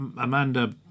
Amanda